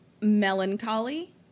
melancholy